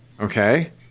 Okay